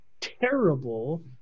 terrible